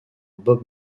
bob